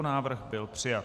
Návrh byl přijat.